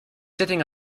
sitting